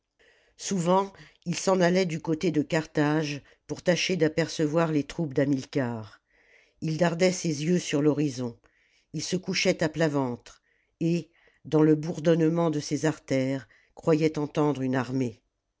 souvent il s'en allait du côté de carthage pour tâcher d'apercevoir les troupes d'hamilcar h dardait ses yeux sur l'horizon il se couchait à plat ventre et dans le bourdonnement de ses artères croyait entendre une armée